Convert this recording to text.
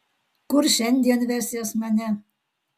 kur šiandien vesies mane